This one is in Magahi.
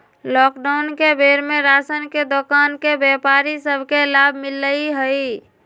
लॉकडाउन के बेर में राशन के दोकान के व्यापारि सभ के लाभ मिललइ ह